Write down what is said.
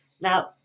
Now